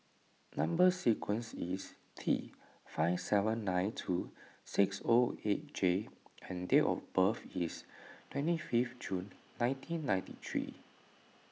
Number Sequence is T five seven nine two six O eight J and date of birth is twenty fifth June nineteen ninety three